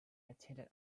attended